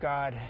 God